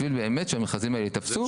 בשביל באמת שהמכרזים האלה ייתפסו.